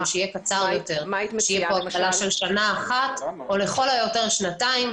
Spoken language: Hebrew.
יהיה קצר יותר שתהיה פה הגבלה של שנה אחת או לכל היותר שנתיים.